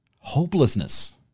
hopelessness